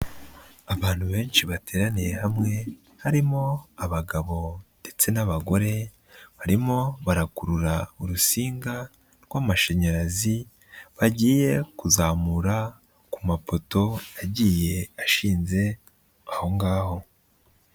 Abantu benshi bateraniye hamwe, harimo abagabo ndetse n'abagore, barimo barakurura urusinga rw'amashanyarazi bagiye kuzamura ku mapoto agiye ashinze aho ngaho.